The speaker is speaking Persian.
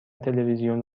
تلویزیون